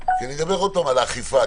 ואני מדבר על האכיפה.